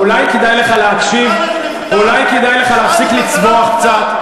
אולי כדאי לך להקשיב ואולי כדאי לך להפסיק לצווח קצת?